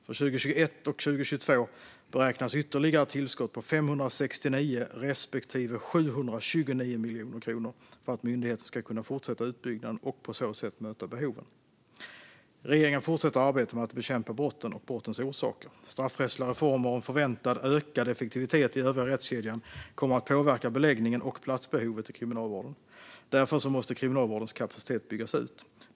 För 2021 och 2022 beräknas ytterligare tillskott på 569 respektive 729 miljoner kronor för att myndigheten ska kunna fortsätta utbyggnaden och på så sätt möta behoven. Regeringen fortsätter arbetet med att bekämpa brotten och brottens orsaker. Straffrättsliga reformer och en förväntad ökad effektivitet i övriga rättskedjan kommer att påverka beläggningen och platsbehovet i Kriminalvården. Därför måste Kriminalvårdens kapacitet byggas ut.